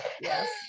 Yes